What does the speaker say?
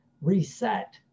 reset